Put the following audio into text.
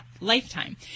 lifetime